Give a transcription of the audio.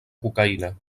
cocaïna